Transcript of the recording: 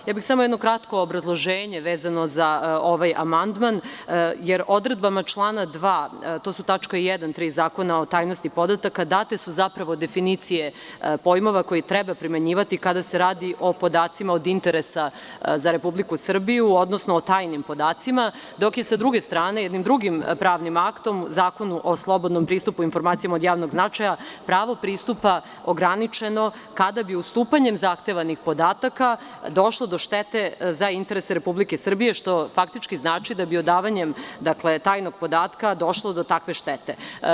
Samo bih dala jedno kratko obrazloženje vezano za ovaj amandman, jer odredbama člana 2. to su tačka 1. i 3. Zakona o tajnosti podataka, date su zapravo definicije pojmova koje treba primenjivati kada se radi o podacima od interesa za Republiku Srbiju, odnosno o tajnim podacima, dok je sa druge strane jednim drugim pravnim aktom Zakonu o slobodnom pristupu informacijama od javnog značaja pravo pristupa ograničeno kada bi ustupanjem zahtevanih podataka došlo do štete za interes Republike Srbije, što faktički znači da bi odavanjem tajnog podatka došlo do takve štete.